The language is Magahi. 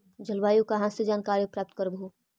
जलवायु कहा से जानकारी प्राप्त करहू?